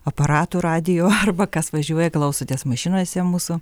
aparatų radijo arba kas važiuoja klausotės mašinose mūsų